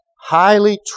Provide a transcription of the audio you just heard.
highly